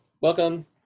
Welcome